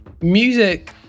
music